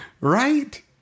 right